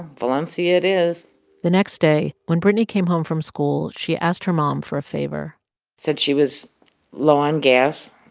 valencia it is the next day, when brittany came home from school, she asked her mom for a favor said she was low on gas.